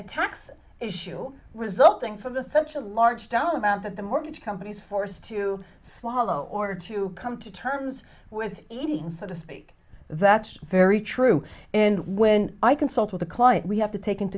tax issue resulting from the such a large doubt about that the mortgage companies forced to swallow or to come to terms with eating so to speak that's very true and when i consult with a client we have to take into